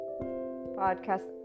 podcast